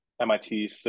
mit